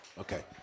Okay